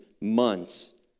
months